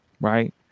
right